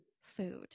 food